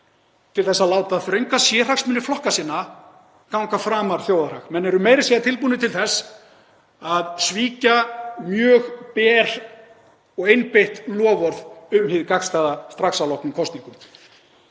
til þess að láta þrönga sérhagsmuni flokka sinna ganga framar þjóðarhag. Menn eru meira að segja tilbúnir til þess að svíkja mjög ber og einbeitt loforð um hið gagnstæða strax að loknum kosningum.